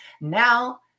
Now